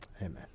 Amen